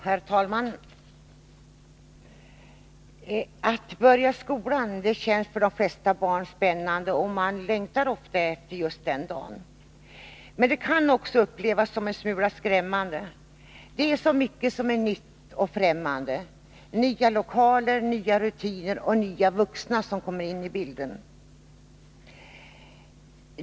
Herr talman! Att börja skolan känns för de flesta barn spännande, och de längtar ofta efter just den dagen. Men det kan också upplevas som en smula skrämmande. Det är så mycket som är nytt och fftämmande. Nya lokaler, nya rutiner och nya vuxna kommer in i bilden.